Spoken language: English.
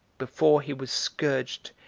before he was scourged,